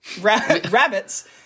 rabbits